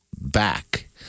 back